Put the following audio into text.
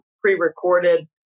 pre-recorded